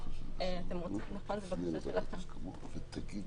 זה היה במקור בהצעת החוק הממשלתית,